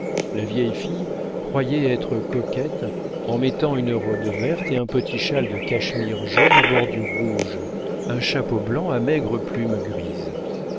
la vieille fille croyait être coquette en mettant une robe verte et un petit châle de cachemire jaune à bordure rouge un chapeau blanc à maigres plumes grises